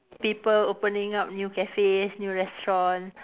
people opening up new cafes new restaurant